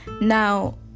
now